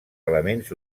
elements